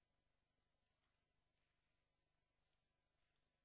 תתקיים, בעזרת